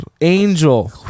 angel